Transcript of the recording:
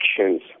actions